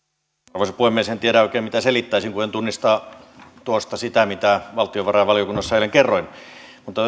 arvoisa puhemies en tiedä oikein mitä selittäisin kun en tunnista tuosta sitä mitä valtiovarainvaliokunnassa eilen kerroin mutta